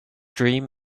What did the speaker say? dream